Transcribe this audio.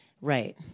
Right